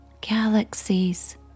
galaxies